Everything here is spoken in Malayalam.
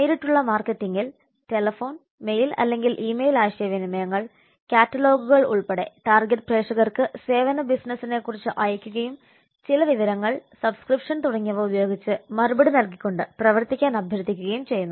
നേരിട്ടുള്ള മാർക്കറ്റിംഗിൽ ടെലിഫോൺ മെയിൽ അല്ലെങ്കിൽ ഇമെയിൽ ആശയവിനിമയങ്ങൾ കാറ്റലോഗുകൾ ഉൾപ്പെടെ ടാർഗെറ്റ് പ്രേക്ഷകർക്ക് സേവന ബിസിനസിനെക്കുറിച്ച് അയയ്ക്കുകയും ചില വിവരങ്ങൾ സബ്സ്ക്രിപ്ഷൻ തുടങ്ങിയവ ഉപയോഗിച്ച് മറുപടി നൽകിക്കൊണ്ട് പ്രവർത്തിക്കാൻ അഭ്യർത്ഥിക്കുകയും ചെയ്യുന്നു